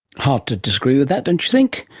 hard to disagree with that, don't you think?